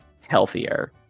healthier